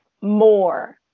more